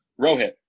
rohit